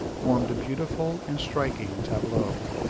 formed a beautiful and striking tableau.